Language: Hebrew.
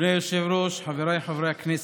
אדוני היושב-ראש, חבריי חברי הכנסת,